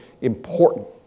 important